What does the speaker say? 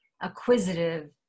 acquisitive